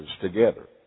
together